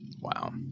Wow